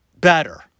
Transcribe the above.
better